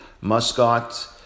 Muscat